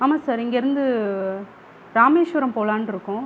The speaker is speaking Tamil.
ஆமாம் சார் இங்கேருந்து ராமேஸ்வரம் போகலான்னு இருக்கோம்